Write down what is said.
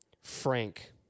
Frank